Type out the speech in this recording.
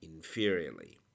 inferiorly